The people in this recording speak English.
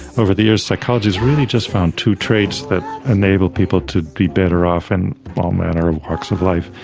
over the years psychology has really just found two traits that enable people to be better off in all manner of walks of life,